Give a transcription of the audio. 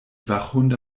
wachhunde